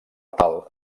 tal